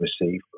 receive